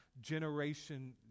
Generation